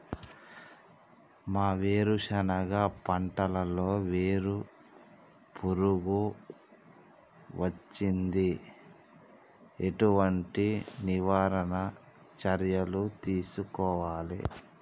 మా వేరుశెనగ పంటలలో వేరు పురుగు వచ్చింది? ఎటువంటి నివారణ చర్యలు తీసుకోవాలే?